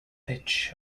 pitch